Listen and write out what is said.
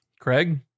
craig